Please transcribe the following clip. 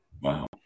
Wow